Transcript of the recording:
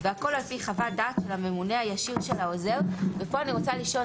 והכל על פי חוות דעתו של הממונה הישיר של העוזר." פה אני רוצה לשאול,